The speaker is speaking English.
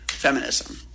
feminism